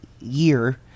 year